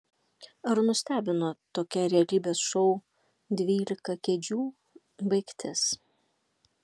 ar nustebino tokia realybės šou dvylika kėdžių baigtis